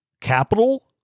capital